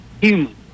human